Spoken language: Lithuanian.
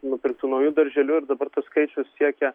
nupirktu nauju darželiu ir dabar tas skaičius siekia